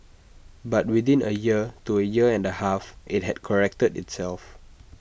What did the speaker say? but within A year to A year and A half IT had corrected itself